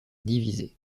divisée